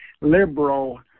liberal